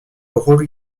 rôle